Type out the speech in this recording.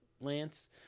Lance